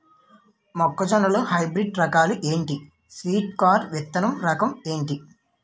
మొక్క జొన్న లో హైబ్రిడ్ రకాలు ఎంటి? స్వీట్ కార్న్ విత్తన రకం ఏంటి?